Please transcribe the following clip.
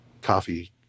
coffee